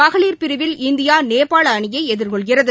மகளிர் பிரிவில் இந்தியா நேபாளஅணியைஎதிர்கொள்கிறது